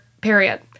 period